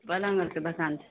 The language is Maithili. पलङ्ग आरके दोकान